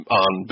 on